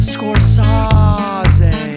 Scorsese